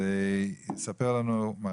ספר לנו מר